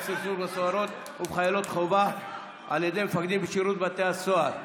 סרסור בסוהרות ובחיילות חובה על ידי מפקדים בשירות בתי הסוהר.